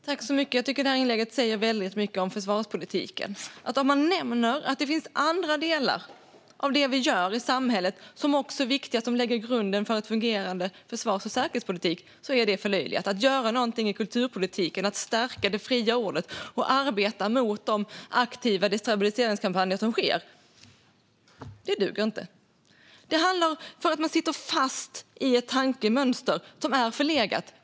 Herr ålderspresident! Jag tycker att detta inlägg säger väldigt mycket om försvarspolitiken. Om någon nämner att det finns andra delar av det som vi gör i samhället som också är viktiga och som lägger grunden för en fungerande försvars och säkerhetspolitik förlöjligas detta - att göra något i kulturpolitiken, att stärka det fria ordet och att arbeta mot de aktiva destabiliseringskampanjer som sker. Det duger inte. Man sitter fast i ett tankemönster som är förlegat.